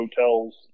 hotels